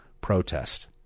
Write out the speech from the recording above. protest